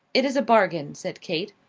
it is a bargain, said kate.